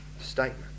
statement